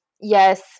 yes